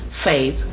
faith